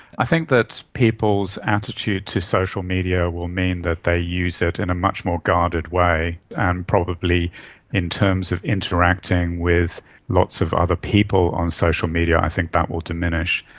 i think that people's attitude to social media will mean that they use it in a much more guarded way and probably in terms of interacting with lots of other people on social media, i think that will diminish.